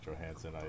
Johansson